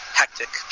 hectic